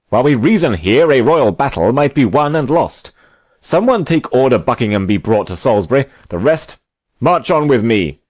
while we reason here a royal battle might be won and lost some one take order buckingham be brought to salisbury the rest march on with me.